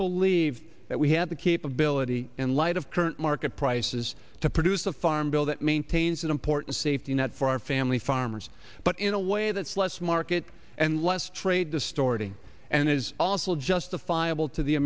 believe that we have the capability in light of current market prices to produce a farm bill that maintains an important safety net for our family farmers but in a way that's less market and less trade distorting and is also justifiable to the